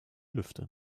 lüfte